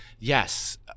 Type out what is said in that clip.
Yes